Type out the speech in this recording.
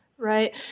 Right